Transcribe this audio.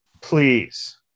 please